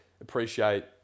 appreciate